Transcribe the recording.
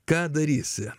ką darysi